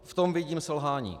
V tom vidím selhání.